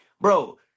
bro